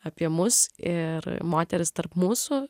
apie mus ir moteris tarp mūsų